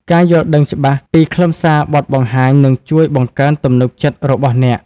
ការយល់ដឹងច្បាស់ពីខ្លឹមសារបទបង្ហាញនឹងជួយបង្កើនទំនុកចិត្តរបស់អ្នក។